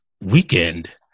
weekend